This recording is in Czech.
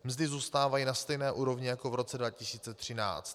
Mzdy zůstávají na stejné úrovni jako v roce 2013.